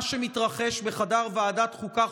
מה שמתרחש בחדר ועדת חוקה,